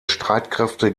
streitkräfte